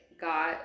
got